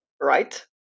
right